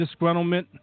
disgruntlement